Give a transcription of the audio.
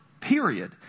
period